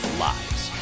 lives